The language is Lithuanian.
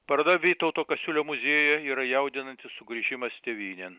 paroda vytauto kasiulio muziejuje yra jaudinantis sugrįžimas tėvynėn